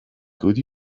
could